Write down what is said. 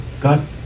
God